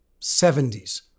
70s